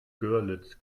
görlitz